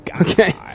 okay